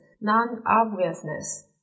non-obviousness